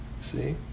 See